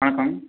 வணக்கம்